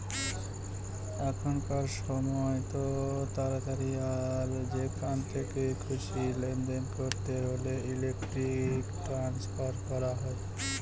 এখনকার সময়তো তাড়াতাড়ি আর যেখান থেকে খুশি লেনদেন করতে হলে ইলেক্ট্রনিক ট্রান্সফার করা হয়